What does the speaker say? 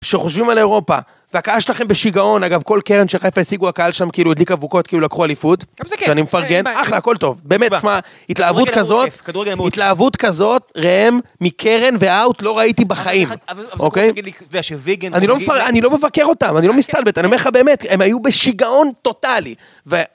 כשחושבים על אירופה, והקהל שלכם בשיגעון, אגב, כל קרן שחיפה השיגו הקהל שם כאילו הדליק אבוקות כאילו לקחו אליפות, שאני מפרגן, אחלה, הכל טוב, באמת, התלהבות כזאת, התלהבות כזאת, ראם, מקרן ואאוט, לא ראיתי בחיים, אוקיי? זה שוויגן, אני לא מבקר אותם, אני לא מסתלבט, אני אומר לך באמת, הם היו בשיגעון טוטאלי.